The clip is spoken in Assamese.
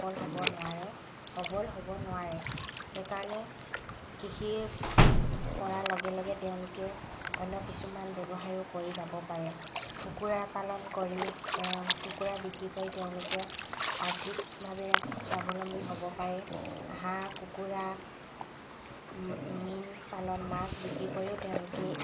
সফল হ'ব নোৱাৰে সবল হ'ব নোৱাৰে সেইকাৰণে কৃষি কৰাৰ লগে লগে তেওঁলোকে অন্য কিছুমান ব্যৱসায়ো কৰি যাব পাৰে কুকুৰা পালন কৰি এওঁ কুকুৰা বিক্ৰী কৰি তেওঁলোকে আৰ্থিকভৱে স্বাৱলম্বী হ'ব পাৰে হাঁহ কুকুৰা মীনপালন মাছ বিক্ৰী কৰিও তেওঁলোকে